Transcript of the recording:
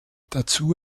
dazu